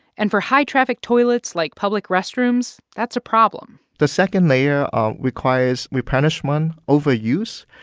and for high-traffic toilets like public restrooms, that's a problem the second layer requires replenishment overuse,